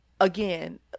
again